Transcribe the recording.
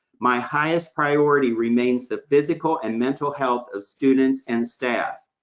my highest priority remains the physical and mental health of students and staff.